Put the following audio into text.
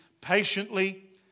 patiently